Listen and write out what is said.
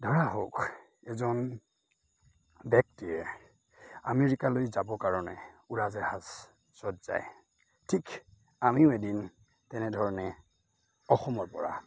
ধৰা হওক এজন ব্যক্তিয়ে আমেৰিকালৈ যাবৰ কাৰণে উৰাজাহাজত যায় ঠিক আমিও এদিন তেনেধৰণে অসমৰ পৰা